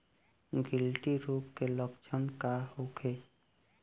गिल्टी रोग के लक्षण का होखे?